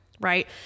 Right